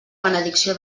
benedicció